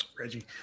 Reggie